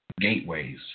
gateways